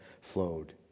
flowed